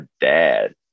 dad